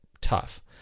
tough